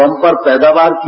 वम्पर पैदावार की